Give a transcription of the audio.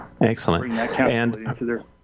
Excellent